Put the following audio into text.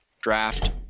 draft